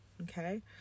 Okay